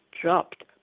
dropped